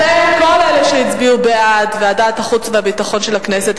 כל אלה שהצביעו בעד ועדת החוץ והביטחון של הכנסת,